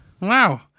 Wow